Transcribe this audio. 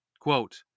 Quote